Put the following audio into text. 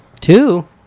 Two